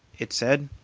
it said,